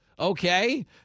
Okay